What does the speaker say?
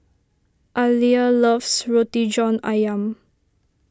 Aleah loves Roti John Ayam